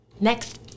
Next